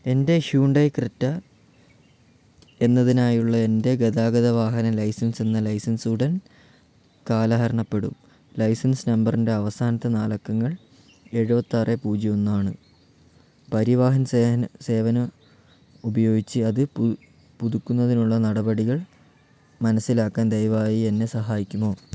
എൻ്റെ Hyundai Creta എന്നതിനായുള്ള എൻ്റെ ഗതാഗത വാഹന ലൈസൻസ് എന്ന ലൈസൻസ് ഉടൻ കാലഹരണപ്പെടും ലൈസൻസ് നമ്പറിൻ്റെ അവസാനത്തെ നാലക്കങ്ങൾ എഴുപത്താറ് പൂജ്യം ഒന്നാണ് പരിവാഹൻ സേവനം ഉപയോഗിച്ച് അത് പുതുക്കുന്നതിനുള്ള നടപടികൾ മനസിലാക്കാൻ ദയവായി എന്നെ സഹായിക്കുമോ